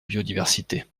biodiversité